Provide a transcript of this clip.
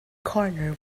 corner